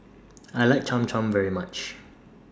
I like Cham Cham very much